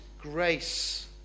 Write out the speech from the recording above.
grace